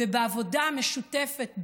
ובעבודה המשותפת,